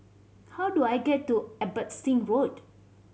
how do I get to Abbotsingh Road